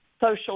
social